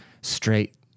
straight